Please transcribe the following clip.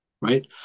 right